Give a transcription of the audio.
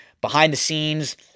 behind-the-scenes